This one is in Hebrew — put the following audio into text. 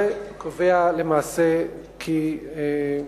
13), קובע למעשה כי,